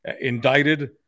indicted